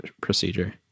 procedure